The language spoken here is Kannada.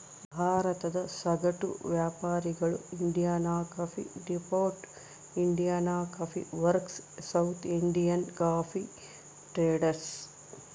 ಭಾರತದ ಸಗಟು ವ್ಯಾಪಾರಿಗಳು Indian coffee depot, Indian coffee works, South Indian coffee traders